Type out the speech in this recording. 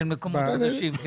של מקומות חדשים.